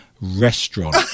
restaurant